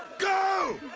go!